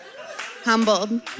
humbled